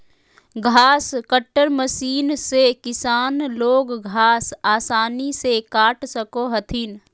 घास cutter machine से किसान लोग घास आसानी से काट सको हथिन